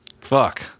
Fuck